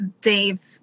Dave